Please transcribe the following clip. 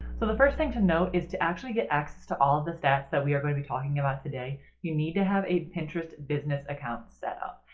so the first thing to note is to actually get access to all of the stats that we are going to be talking about today, you need to have a pinterest business account set up.